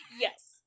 Yes